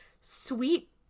sweet